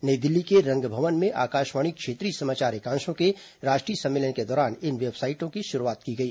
नई दिल्ली के रंग भवन में आकाशवाणी क्षेत्रीय समाचार एकांशों के राष्ट्रीय सम्मेलन के दौरान इन वेबसाइटों की शुरूआत की गई